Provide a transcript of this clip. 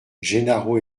gennaro